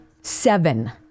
seven